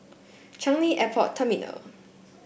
Changi Airport Terminal